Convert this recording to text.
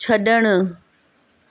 छड॒णु